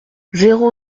zéro